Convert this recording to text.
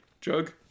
jug